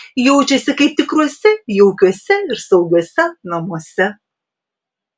jaučiasi kaip tikruose jaukiuose ir saugiuose namuose